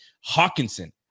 Hawkinson